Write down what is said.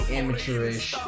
amateurish